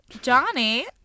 Johnny